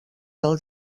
del